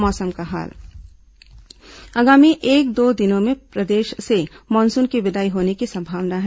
मौसम आगामी एक दो दिनों में प्रदेश से मानसून की विदाई होने की संभावना है